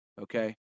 okay